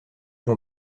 l’on